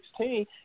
2016